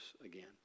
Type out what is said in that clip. again